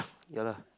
ya lah